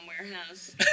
warehouse